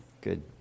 Good